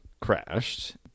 crashed